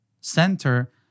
center